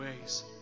ways